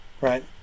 Right